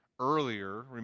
earlier